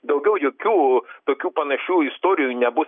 daugiau jokių tokių panašių istorijų nebus